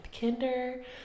kinder